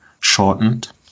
shortened